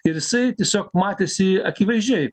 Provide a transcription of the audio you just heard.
ir jisai tiesiog matėsi akivaizdžiai